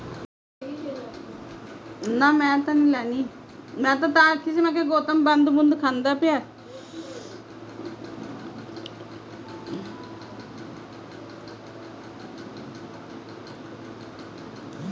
एक वित्तीय engineering career में भविष्य के वित्तीय बाजार में अपार संभावनाएं हैं